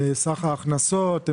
סך ההכנסות,